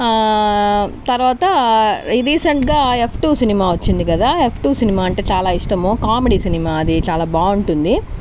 తర్వాత రీసెంట్గా F two cinema వచ్చింది కదా ఎఫ్ టు సినిమా అంటే చాలా ఇష్టము కామెడీ సినిమా అది చాలా బాగుంటుంది